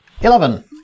Eleven